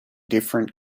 different